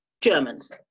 Germans